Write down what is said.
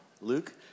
Luke